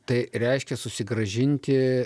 tai reiškia susigrąžinti